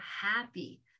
happy